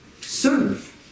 Serve